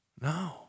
No